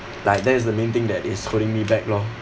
like that is the main thing that is holding me back lor